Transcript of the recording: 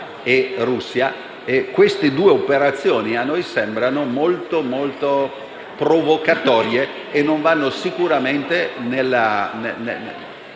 e Russia, queste due operazioni a noi sembrano molto provocatorie e non vanno sicuramente nella